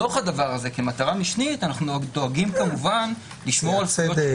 בתוך הדבר הזה כמטרה משנית אנחנו דואגים כמובן לשמור על זכויות.